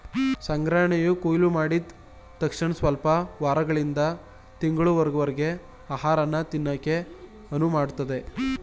ಸಂಗ್ರಹಣೆಯು ಕೊಯ್ಲುಮಾಡಿದ್ ತಕ್ಷಣಸ್ವಲ್ಪ ವಾರಗಳಿಂದ ತಿಂಗಳುಗಳವರರ್ಗೆ ಆಹಾರನ ತಿನ್ನಕೆ ಅನುವುಮಾಡ್ತದೆ